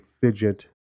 fidget